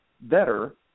better